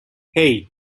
hey